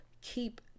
keep